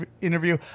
Interview